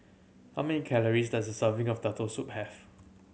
how many calories does a serving of Turtle Soup have